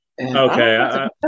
Okay